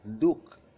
look